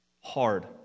Hard